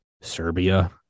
Serbia